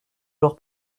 leur